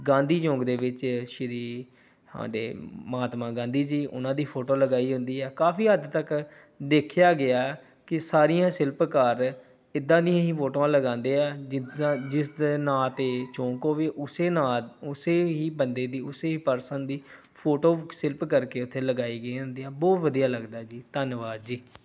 ਗਾਂਧੀ ਚੌਂਕ ਦੇ ਵਿੱਚ ਸ਼੍ਰੀ ਸਾਡੇ ਮਹਾਤਮਾ ਗਾਂਧੀ ਜੀ ਉਹਨਾਂ ਦੀ ਫੋਟੋ ਲਗਾਈ ਹੁੰਦੀ ਆ ਕਾਫੀ ਹੱਦ ਤੱਕ ਦੇਖਿਆ ਗਿਆ ਕਿ ਸਾਰੀਆਂ ਸ਼ਿਲਪਕਾਰ ਇੱਦਾਂ ਦੀਆਂ ਹੀ ਫੋਟੋਆਂ ਲਗਾਉਂਦੇ ਆ ਜਿੱਦਾਂ ਜਿਸ ਦੇ ਨਾਂ 'ਤੇ ਚੌਂਕ ਹੋਵੇ ਉਸੇ ਨਾਂ ਉਸੇ ਹੀ ਬੰਦੇ ਦੀ ਉਸੇ ਹੀ ਪਰਸਨ ਦੀ ਫੋਟੋ ਸ਼ਿਲਪ ਕਰਕੇ ਉੱਥੇ ਲਗਾਈ ਗਈ ਹੁੰਦੀ ਆ ਬਹੁਤ ਵਧੀਆ ਲੱਗਦਾ ਜੀ ਧੰਨਵਾਦ ਜੀ